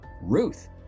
Ruth